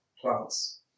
plants